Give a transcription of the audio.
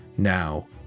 Now